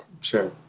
Sure